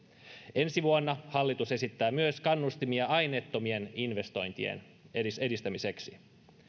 ensi vuonna hallitus esittää myös kannustimia aineettomien investointien edistämiseksi